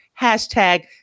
Hashtag